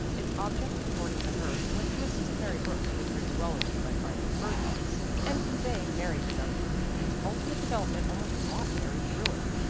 its object, according to her, was to assist mary brooks with her zoology by finding bird haunts and conveying mary to them its ultimate development almost wrought mary's ruin.